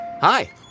Hi